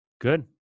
Good